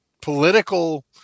political